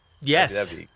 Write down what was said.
yes